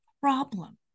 problem